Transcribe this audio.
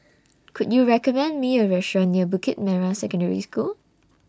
Could YOU recommend Me A Restaurant near Bukit Merah Secondary School